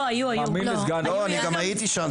אני גם הייתי שם.